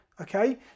Okay